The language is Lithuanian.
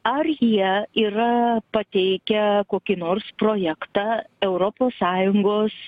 ar jie yra pateikę kokį nors projektą europos sąjungos